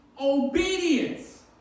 obedience